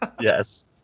Yes